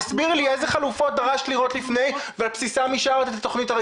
תסבירי לי איזה חלופות דרשת לראות לפני ועל בסיסן אישרת את התכנית.